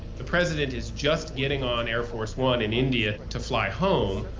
the president is just getting on air force one in india to fly home.